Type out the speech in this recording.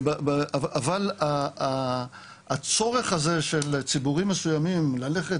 אבל הצורך הזה של ציבורים מסוימים ללכת